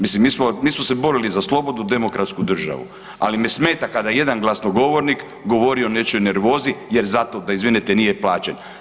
Mislim, mi smo se borili za slobodnu demokratsku državu ali me smeta kada jedan glasnogovornik govori o nečijoj nervozi jer zato da izvinite, nije plaćen.